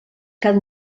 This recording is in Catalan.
cada